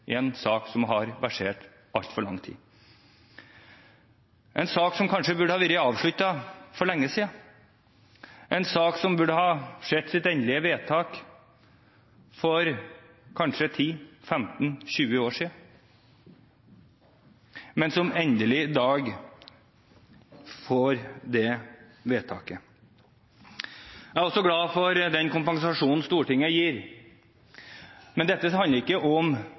i en sak som hadde versert i altfor lang tid – en sak som burde ha vært avsluttet for lenge siden, en sak som burde ha fått et endelig vedtak for kanskje 10–15–20 år siden, men som endelig i dag får det vedtaket. Jeg er også glad for den kompensasjonen Stortinget gir, men dette handler ikke om